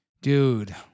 Dude